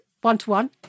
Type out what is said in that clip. one-to-one